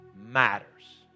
matters